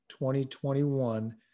2021